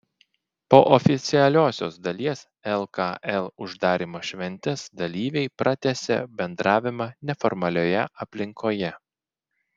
po oficialiosios dalies lkl uždarymo šventės dalyviai pratęsė bendravimą neformalioje aplinkoje